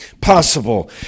possible